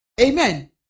Amen